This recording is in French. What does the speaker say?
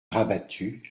rabattu